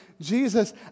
Jesus